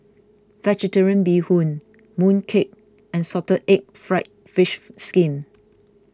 Vegetarian Bee Hoon Mooncake and Salted Egg Fried Fish Skin